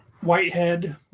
Whitehead